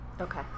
Okay